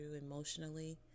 emotionally